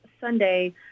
Sunday